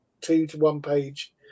two-to-one-page